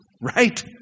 Right